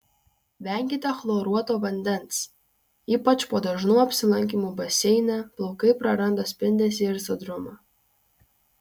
venkite chloruoto vandens ypač po dažnų apsilankymų baseine plaukai praranda spindesį ir sodrumą